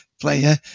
player